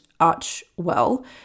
Archwell